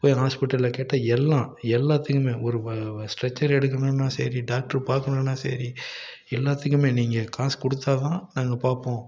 போய் ஹாஸ்பிட்டலில் கேட்டால் எல்லாம் எல்லாத்துக்குமே ஒரு வ வ ஸ்ட்ரெச்சர் எடுக்கணும்னால் சரி டாக்டர் பார்க்கணுனா சரி எல்லாத்துக்குமே நீங்கள் காசு கொடுத்தா தான் நாங்க பார்ப்போம்